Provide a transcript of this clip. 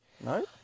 No